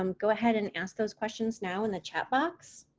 um go ahead and ask those questions now in the chat box.